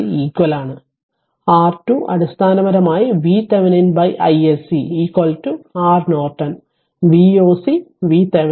R2 അടിസ്ഥാനപരമായി VThevenin iSC R Norton Voc VThevenin